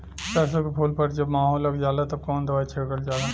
सरसो के फूल पर जब माहो लग जाला तब कवन दवाई छिड़कल जाला?